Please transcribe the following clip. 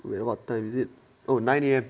wait what time is it oh nine A_M